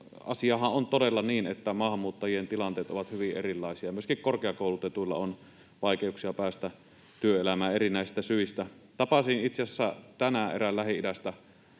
asiahan on todella niin, että maahanmuuttajien tilanteet ovat hyvin erilaisia, myöskin korkeakoulutetuilla on vaikeuksia päästä työelämään erinäisistä syistä. Tapasin itse asiassa tänään erään Lähi-idästä